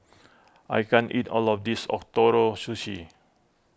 I can't eat all of this Ootoro Sushi